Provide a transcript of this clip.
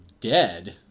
dead